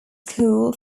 school